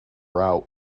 route